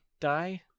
die